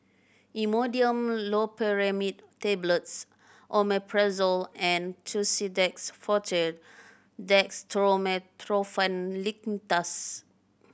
Imodium Loperamide Tablets Omeprazole and Tussidex Forte Dextromethorphan Linctus